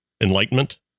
Enlightenment